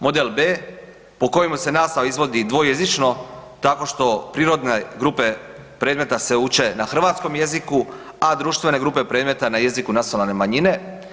Model B po kojemu se nastava izvodi dvojezično tako što prirodne grupe predmeta se uče na hrvatskom jeziku, a društvene grupe predmeta na jeziku nacionalne manjine.